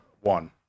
one